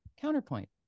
counterpoint